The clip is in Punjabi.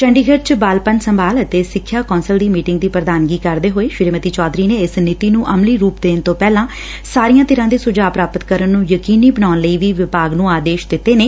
ਚੰਡੀਗੜ ਚ ਬਾਲਪਨ ਸੰਭਾਲ ਅਤੇ ਸਿੱਖਿਆ ਕੋਸਲ ਦੀ ਮੀਟਿੰਗ ਦੀ ਪ੍ਰਧਾਨਗੀ ਕਰਦੇ ਹੋਏ ਸ੍ਰੀਮਡੀ ਚੋਧਰੀ ਨੇ ਇਸ ਨੀਡੀ ਨੂੰ ਅਮਲੀ ਰਪਂ ਦੇਣ ਤੋਂ ਪਹਿਲਾਂ ਸਾਰੀਆਂ ਧਿਰਾਂ ਦੇ ਸੁਝਾਅ ਪੁਾਪਤ ਕਰਨ ਨੂੰ ਯਕੀਨੀ ਬਨਾਉਣ ਲਈ ਵੀ ਵਿਭਾਗ ਨੂੰ ਆਦੇਸ਼ ਦਿੱਤੇ ਨੇ